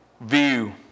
view